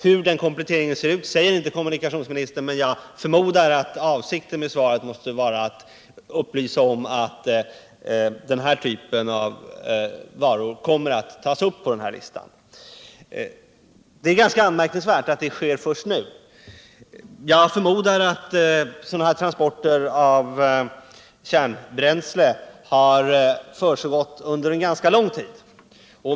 Hur den kompletteringen skall se ut nämner inte kommunikationsministern, men jag förmodar att avsikten med svaret måste vara att upplysa om att den här typen av varor kommer att tas upp på listan. Det är emellertid ganska anmärkningsvärt att detta görs först nu, eftersom jag förmodar att sådana transporter av kärnbränsle har försiggått under en ganska lång tid.